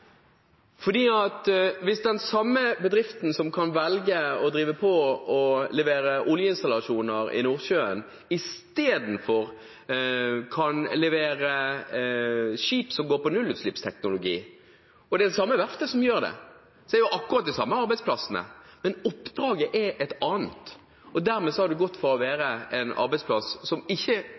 Hvis den samme bedriften som driver på med å levere oljeinstallasjoner i Nordsjøen, istedenfor velger å levere skip som går på nullutslippsteknologi – det er det samme verftet som gjør det, det er akkurat de samme arbeidsplassene, men oppdraget er et annet – har man gått fra å være en arbeidsplass som ikke kan betegnes som «grønn», til å være en arbeidsplass som